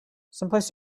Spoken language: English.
someplace